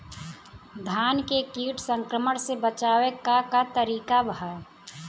धान के कीट संक्रमण से बचावे क का तरीका ह?